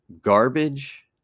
garbage